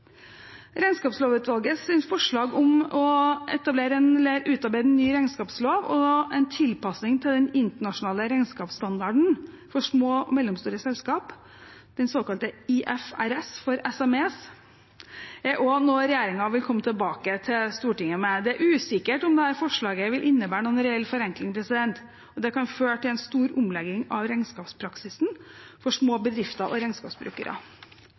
Regnskapslovutvalgets forslag om å utarbeide en ny regnskapslov og en tilpasning til den internasjonale regnskapsstandarden for små og mellomstore selskaper, den såkalte IFRS for SMEs, er også noe regjeringen vil komme tilbake til Stortinget med. Det er usikkert om dette forslaget vil innebære noen reell forenkling, og det kan føre til en stor omlegging av regnskapspraksisen for små bedrifter og regnskapsbrukere.